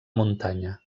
muntanya